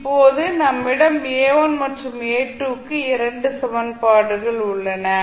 இப்போது நம்மிடம் A1 மற்றும் A2 க்கு 2 சமன்பாடுகள் உள்ளன